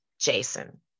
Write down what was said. Jason